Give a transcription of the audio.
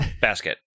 basket